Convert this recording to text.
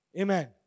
Amen